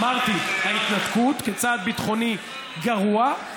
אמרתי: ההתנתקות כצעד ביטחוני גרוע,